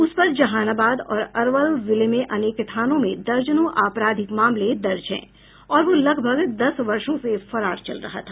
उस पर जहानाबाद और अरवल जिले में अनेक थानों में दर्जनों अपराधिक मामले दर्ज हैं और वह लगभग दस वर्षों से फरार चल रहा था